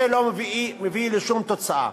זה לא מביא לשום תוצאה.